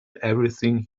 everything